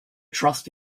trust